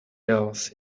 else